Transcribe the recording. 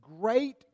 great